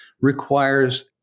requires